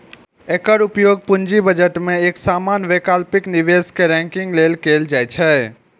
एकर उपयोग पूंजी बजट मे एक समान वैकल्पिक निवेश कें रैंकिंग लेल कैल जाइ छै